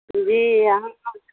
جی یہاں پر